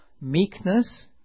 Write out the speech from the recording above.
meekness